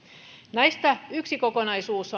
näistä yksi kokonaisuus